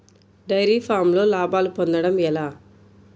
Dairy ఫామ్లో లాభాలు పొందడం ఎలా?